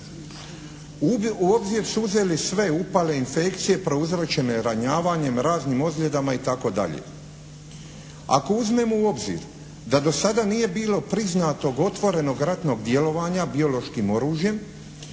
U obzir su uzeli sve, upale, infekcije prouzročene ranjavanjem, raznim ozljedama itd. Ako uzmemo u obzir da do sada nije bilo priznatog otvorenog ratnog djelovanja biološkim oružjem